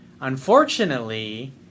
Unfortunately